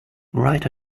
write